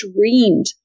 dreamed